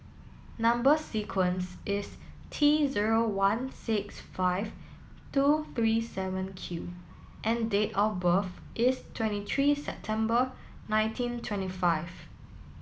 number sequence is T zero one six five two three seven Q and date of birth is twenty three September nineteen twenty five